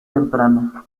temprana